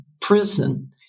prison